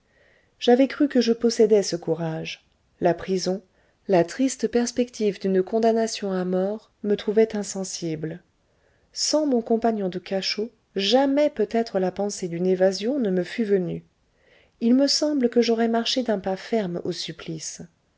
j'avais cru que je possédais ce courage la prison la triste perspective d'une condamnation à mort me trouvaient insensible sans mon compagnon de cachot jamais peut-être la pensée d'une évasion ne me fût venue il me semble que j'aurais marché d'un pas ferme au supplice